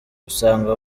usanga